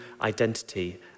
identity